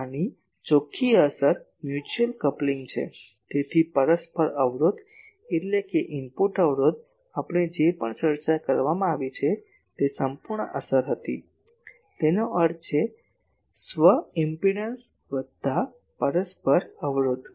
આની ચોખ્ખી અસર મ્યુચ્યુઅલ કપલિંગ છે તેથી પરસ્પર અવરોધ એટલે કે ઇનપુટ અવરોધ આપણે અહીં જે પણ ચર્ચા કરવામાં આવી છે તે સંપૂર્ણ અસર હતી તેનો અર્થ છે સ્વ ઇમ્પેડંસ વત્તા પરસ્પર અવરોધ